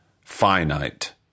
finite